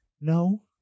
No